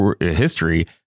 history